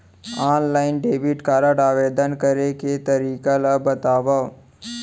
Online debit card आवेदन करे के तरीका ल बतावव?